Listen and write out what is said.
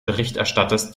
berichterstatters